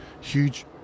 huge